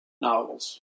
novels